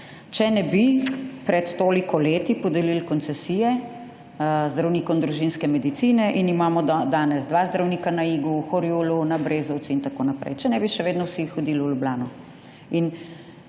Če ne bi pred toliko leti podelili koncesije zdravnikom družinske medicine in imamo danes dva zdravnika na Igu, v Horjulu, na Brezovici in tako naprej, če ne bi še vedno vsi hodili v Ljubljano.